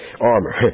armor